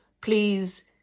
Please